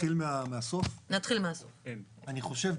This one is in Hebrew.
אני חושב,